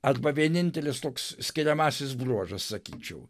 arba vienintelis toks skiriamasis bruožas sakyčiau